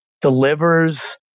delivers